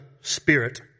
spirit